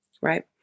right